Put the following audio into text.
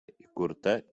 įkurta